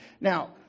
Now